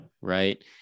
right